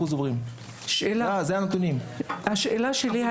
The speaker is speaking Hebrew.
שהיא הכי